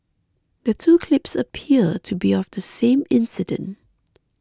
the two clips appear to be of the same incident